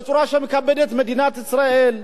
בצורה שמכבדת את מדינת ישראל.